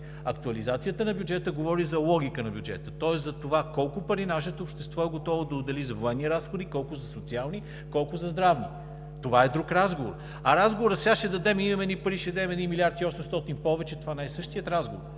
Актуализацията на бюджета говори за логика на бюджета, тоест за това колко пари нашето общество е готово да отдели за военни разходи, колко за социални, колко за здравни. Това е друг разговор. А разговорът: сега ще дадем, имаме едни пари – 1 млрд. 800 хил. лв. повече, не е същият разговор,